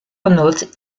renault